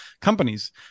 companies